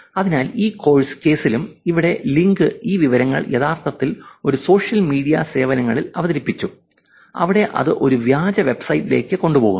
അതിനാൽ ഈ കേസിലും ഇവിടെ ലിങ്ക് ഈ വിവരങ്ങൾ യഥാർത്ഥത്തിൽ ഒരു സോഷ്യൽ മീഡിയ സേവനങ്ങളിൽ അവതരിപ്പിച്ചു അവിടെ അത് ഒരു വ്യാജ വെബ്സൈറ്റിലേക്ക് കൊണ്ടുപോകുന്നു